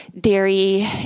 dairy